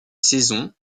saison